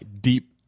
deep